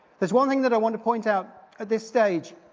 there's one thing that i want to point out at this stage,